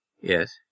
Yes